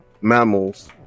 mammals